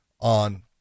on